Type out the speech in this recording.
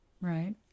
right